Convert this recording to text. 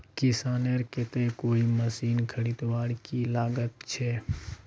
किसानेर केते कोई मशीन खरीदवार की लागत छे?